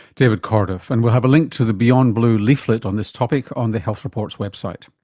david corduff, and we'll have a link to the beyondblue leaflet on this topic on the health report's website.